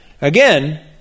Again